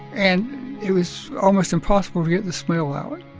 and it was almost impossible to get the smell out.